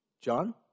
John